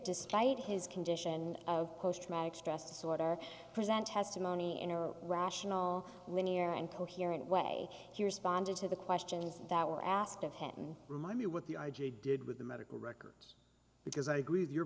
despite his condition of post traumatic stress disorder present testimony in or a rational linear and coherent way here's bonded to the questions that were asked of him remind me what the i g did with the medical records because i agree with your